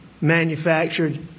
manufactured